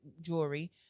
jewelry